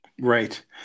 Right